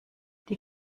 die